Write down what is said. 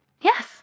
Yes